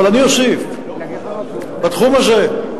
אבל אני אוסיף, בתחום הזה,